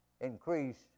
increase